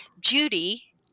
judy